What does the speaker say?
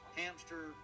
hamster